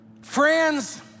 Friends